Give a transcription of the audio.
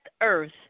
Earth